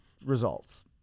results